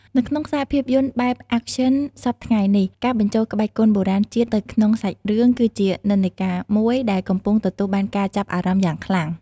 នៅក្នុងខ្សែភាពយន្តបែប Action សព្វថ្ងៃនេះ ការបញ្ចូលក្បាច់គុនបុរាណជាតិទៅក្នុងសាច់រឿង គឺជានិន្នាការមួយដែលកំពុងទទួលបានការចាប់អារម្មណ៍យ៉ាងខ្លាំង។